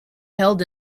held